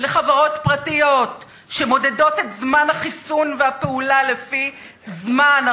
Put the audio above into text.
לחברות פרטיות שמודדות את זמן החיסון והפעולה לפי זמן,